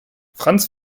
franz